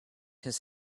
his